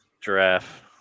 Giraffe